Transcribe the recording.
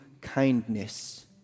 kindness